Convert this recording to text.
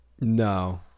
No